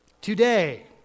Today